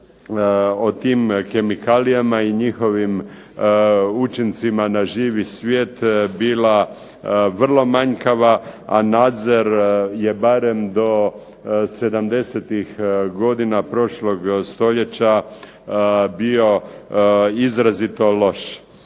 o tim kemikalijama i njihovim učincima na živi svijet bila vrlo manjkava, a nadzor je barem do '70.-tih godina prošlog stoljeća bio izrazito loš.